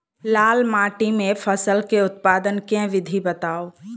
लाल माटि मे फसल केँ उत्पादन केँ विधि बताऊ?